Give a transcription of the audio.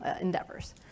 endeavors